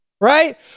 right